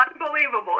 unbelievable